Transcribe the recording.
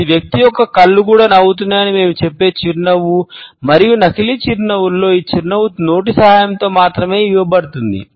ఇది వ్యక్తి యొక్క కళ్ళు కూడా నవ్వుతున్నాయని మేము చెప్పే చిరునవ్వు మరియు నకిలీ చిరునవ్వులలో ఈ చిరునవ్వు నోటి సహాయంతో మాత్రమే ఇవ్వబడుతుంది